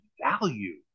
value